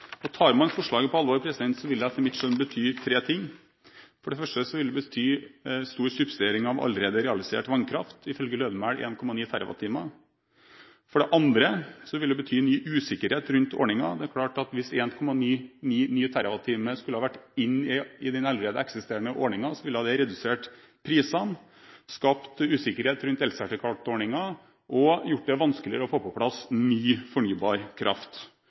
Tar man dette forslaget på alvor, så vil det etter mitt skjønn bety tre ting. For det første vil det bety stor subsidiering av allerede realisert vannkraft – ifølge Lødemel 1,9 TWh. For det andre vil det bety ny usikkerhet rundt ordningen: Det er klart at hvis 1,9 ny TWh skulle vært inne i den allerede eksisterende ordningen, ville dette redusert prisene, skapt usikkerhet rundt elsertifikatordningen og gjort det vanskeligere å få på plass ny fornybar kraft.